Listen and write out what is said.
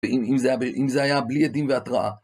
אם זה היה בלי עדים והתראה.